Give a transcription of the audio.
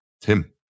Tim